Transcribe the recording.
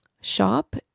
shop